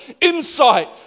insight